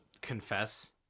confess